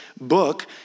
book